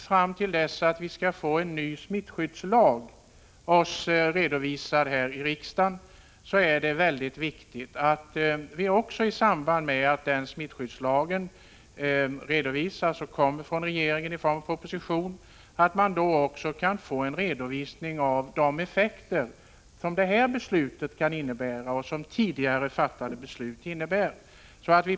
Fram till dess att regeringen i proposition lägger fram en ny smittskyddslag i riksdagen är det viktigt att vi får en redovisning av de effekter som det här beslutet och tidigare fattade beslut har fått.